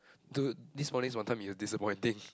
dude this morning's Wanton-Mee was disappointing